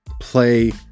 play